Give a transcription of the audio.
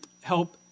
help